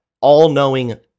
all-knowing